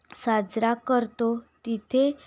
साजरा करतो तिथे